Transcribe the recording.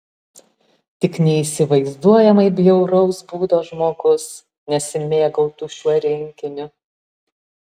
tik neįsivaizduojamai bjauraus būdo žmogus nesimėgautų šiuo rinkiniu